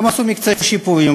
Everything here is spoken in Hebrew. הם עשו מקצה שיפורים,